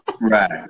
Right